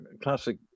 classic